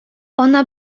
ona